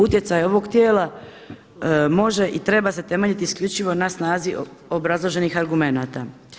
Utjecaj ovog tijela može i treba se temeljiti isključivo na snazi obrazloženih argumenata.